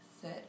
sit